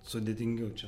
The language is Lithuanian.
sudėtingiau čia